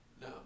No